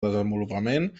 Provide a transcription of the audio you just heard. desenvolupament